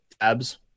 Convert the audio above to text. tabs